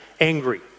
angry